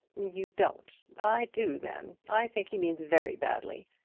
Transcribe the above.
you don't! i do, then. i think he means very badly.